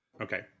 Okay